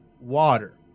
water